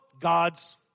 God's